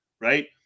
right